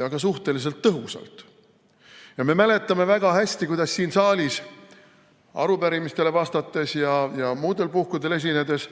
ja ka suhteliselt tõhusalt. Me mäletame väga hästi, kuidas siin saalis arupärimistele vastates ja muudel puhkudel esinedes